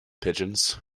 pigeons